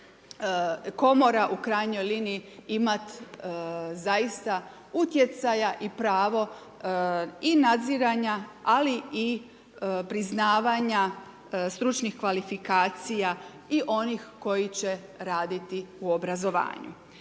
komora u krajnjoj liniji imati zaista utjecaja i pravo i nadziranja, ali i priznavanja stručnih kvalifikacija i onih koji će raditi u obrazovanju.